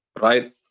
right